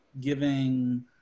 giving